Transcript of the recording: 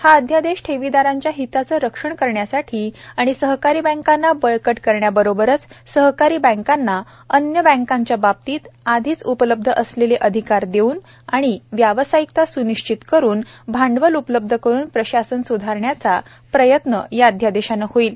हा अध्यादेश ठेवीदारांच्या हिताचे रक्षण करण्यासाठी आणि सहकारी बँकांना बळकट करण्याबरोबरच सहकारी बँकांना अन्य बँकांच्या बाबतीत आधीच उपलब्ध असलेले अधिकार देऊन आणि व्यावसायिकता स्निश्चित करून भांडवल उपलब्ध करून प्रशासन सुधारण्याचा प्रयत्न या अध्यादेशाने होईल